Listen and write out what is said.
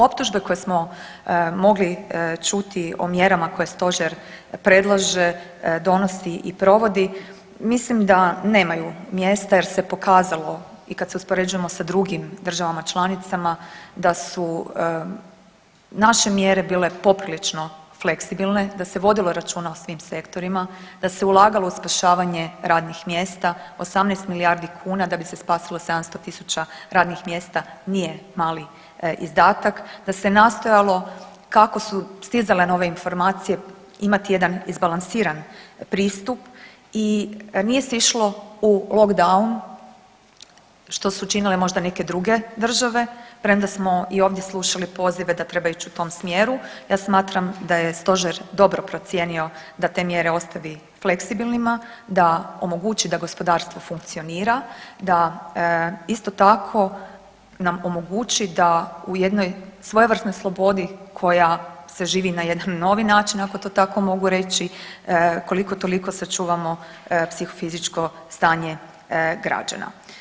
Optužbe koje smo mogli čuti o mjerama koje stožer predlaže, donosi i provodi mislim da nemaju mjesta jer se pokazalo i kad se uspoređujemo sa drugim državama članicama da su naše mjere bile poprilično fleksibilne, da se vodilo računa o svim sektorima, da se ulagalo u spašavanje radnih mjesta 18 milijardi kuna da bi se spasilo 700.000 radnih mjesta nije mali izdatak, da se nastojalo kao su stizale nove informacije imati jedan izbalansiran pristup i nije se išlo u lockdown što su učinile možda neke druge države premda smo i ovdje slušali pozive da treba ići u tom smjeru, ja smatram da je stožer dobro procijenio da te mjere ostavi fleksibilnima, da omogući da gospodarstvo funkcionira da isto tako nam omogući da u jednoj svojevrsnoj slobodi koja se živi na jedan novi način ako to tako mogu reći koliko toliko sačuvamo psihofizičko stanje građana.